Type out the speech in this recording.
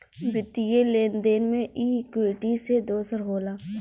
वित्तीय लेन देन मे ई इक्वीटी से दोसर होला